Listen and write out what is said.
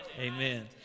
Amen